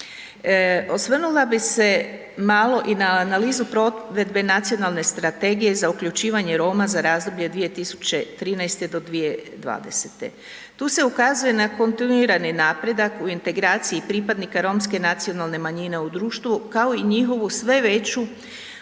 Osvrnula bi se malo i na analizu provedbe nacionalne strategije za uključivanje Roma za razdoblje 2013. do 2020. Tu se ukazuje na kontinuirani napredak u integraciji pripadnika romske nacionalne manjine u društvu, kao i njihovu sve veću